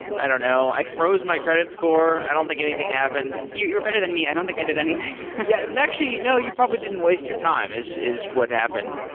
i don't know. i froze my credit score. i don't think anything happened you're better than me. i don't think i did anything yeah. and actually, no. you probably didn't waste your time is is what happened.